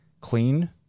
clean